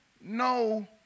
no